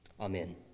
Amen